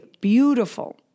beautiful